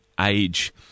age